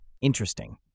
Interesting